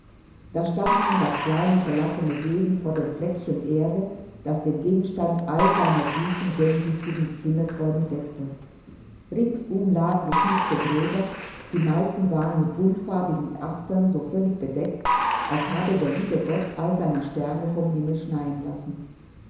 da stand nun das kleine verlassene wesen vor dem fleckchen erde das den gegenstand all seiner süßen sehnsüchtigen kindesträume deckte ringsum lagen geschmückte gräber die meisten waren mit buntfarbigen astern so völlig bedeckt als habe der liebe gott alle seine sterne vom himmel schneien lassen